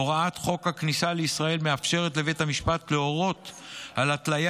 הוראות חוק הכניסה לישראל מאפשרות לבית המשפט להורות על התליה